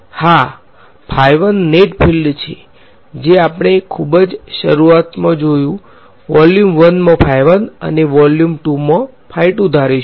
હા net field છે જે આપણે ખૂબ જ શરૂઆતના જોયુ વોલ્યુમ 1 મા અને વોલ્યુમ 2 માં ધારીશું